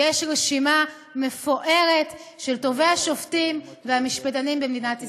ויש רשימה מפוארת של טובי השופטים והמשפטנים במדינת ישראל.